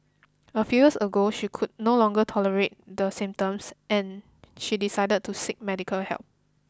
a ago she could no longer tolerate the symptoms and she decided to seek medical help